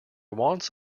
wants